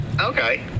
Okay